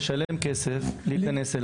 לשלם כסף ולהיכנס.